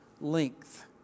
length